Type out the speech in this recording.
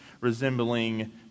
resembling